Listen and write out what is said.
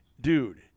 Dude